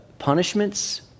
punishments